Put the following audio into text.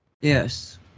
Yes